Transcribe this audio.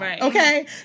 Okay